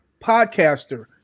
podcaster